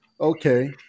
Okay